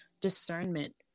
discernment